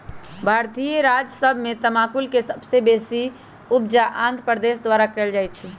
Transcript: भारतीय राज्य सभ में तमाकुल के सबसे बेशी उपजा आंध्र प्रदेश द्वारा कएल जाइ छइ